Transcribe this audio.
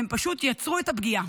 והם פשוט יצרו את הפגיעה.